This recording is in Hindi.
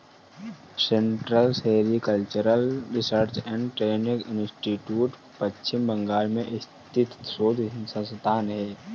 central sericultural research and training institute Paschim Bangal में स्थित शोध संस्थान है